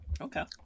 Okay